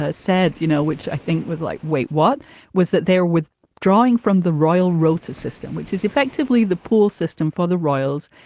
ah said, you know, which i think was like, wait, what was that there with drawing from the royal rota system, which is effectively the pool system for the royals.